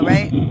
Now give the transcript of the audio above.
Right